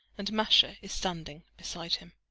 and masha is standing beside him.